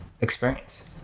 experience